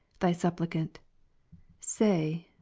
thy suppliant say.